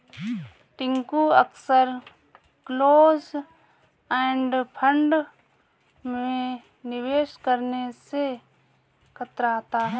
टिंकू अक्सर close end fund में निवेश करने से कतराता है